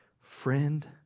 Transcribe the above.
friend